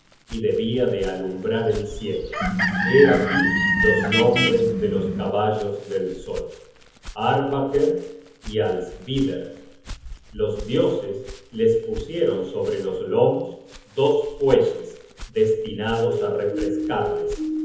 y debia de alumbrar el cielo hé aquí los nombres de los caballos del sol arvaker y alsvider los dioses los pusieron sobre los lomos dos fuelles destinados á refrescarles